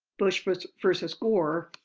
bush versus versus gore,